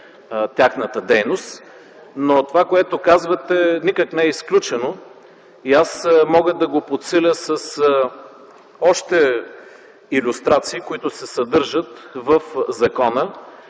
тяхната дейност, но това, което казвате, никак не е изключено. Аз мога да го подсиля с още илюстрации, които се съдържат в закона,